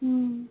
হুম